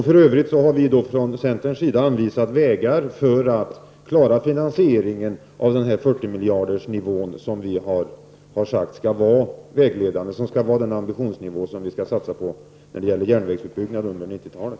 För övrigt har vi från centerns sida anvisat metoder för att klara finansie ringen av den 40-miljardersnivå som vi har sagt skall vara den ambitionsnivå som vi skall satsa på när det gäller järnvägsutbyggnad under 90-talet.